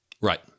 Right